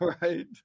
right